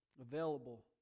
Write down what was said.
Available